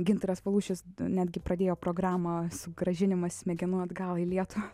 gintaras palūšis netgi pradėjo programą sugrąžinimą smegenų atgal į lietuvą